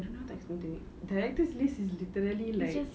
I don't know how to explain to it director's list is literally like